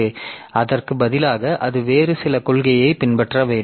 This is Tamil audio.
எனவே அதற்கு பதிலாக அது வேறு சில கொள்கையை பின்பற்ற வேண்டும்